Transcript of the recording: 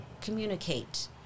communicate